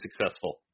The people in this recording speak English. successful